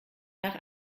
nach